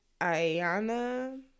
Ayana